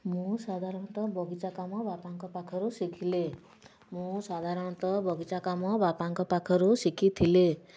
ମୁଁ ସାଧାତଣତଃ ବଗିଚା କାମ ବାପାଙ୍କ ପାଖରୁ ଶିଖିଲି ମୁଁ ସାଧାତଣତଃ ବଗିଚା କାମ ବାପାଙ୍କ ପାଖରୁ ଶିଖିଥିଲି